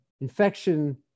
infection